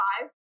five